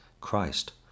Christ